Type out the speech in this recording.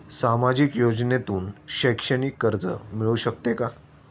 सामाजिक योजनेतून शैक्षणिक कर्ज मिळू शकते का?